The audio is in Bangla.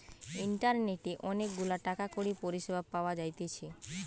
ইন্টারনেটে অনেক গুলা টাকা কড়ির পরিষেবা পাওয়া যাইতেছে